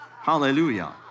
hallelujah